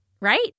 right